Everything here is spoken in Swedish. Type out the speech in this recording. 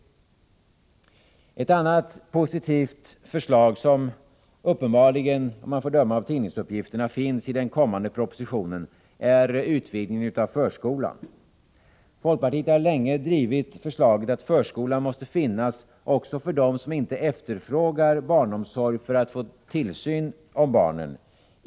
Ett annat positivt förslag som uppenbarligen, om man får döma av tidningsuppgifterna, finns i den kommande propositionen är en utvidgning av förskolan. Folkpartiet har länge drivit förslaget att förskolan måste finnas också för dem som inte efterfrågar barnomsorg för att få tillsyn för barnen.